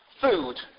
Food